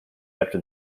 after